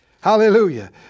Hallelujah